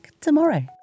tomorrow